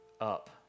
up